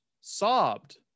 sobbed